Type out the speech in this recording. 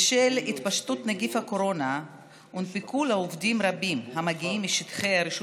בשל התפשטות נגיף הקורונה הונפקו לעובדים רבים המגיעים משטחי הרשות